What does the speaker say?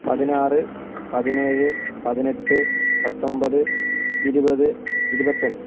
പതിനാറ് പതിനേഴ് പതിനെട്ട് പത്തൊൻപത് ഇരുപത് ഇരുപത്തൊന്ന്